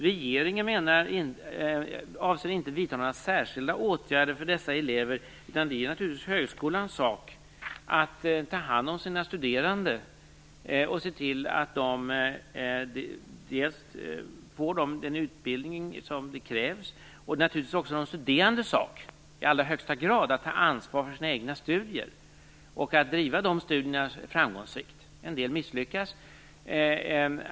Regeringen avser inte vidta några särskilda åtgärder för dessa elever. Det är naturligtvis högskolans sak att ta hand om sina studerande och se till att de får den utbildning som krävs. Det är i allra högsta grad också de studerandes sak att ta ansvar för sina egna studier och att driva de studierna framgångsrikt. En del misslyckas.